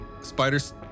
Spider's